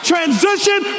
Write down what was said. Transition